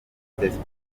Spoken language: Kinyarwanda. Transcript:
facebook